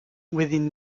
within